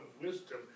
wisdom